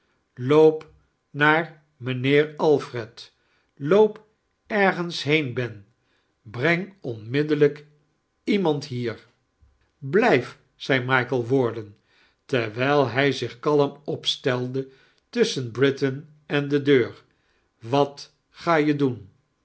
loop naar mijnheer alfred loop ergons heein ben breng onmiddellijk iemand hier blijf zed michael warden terwijl hij zich kalm opsitelde tusschen britain en de deur wat ga je doen